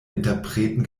interpreten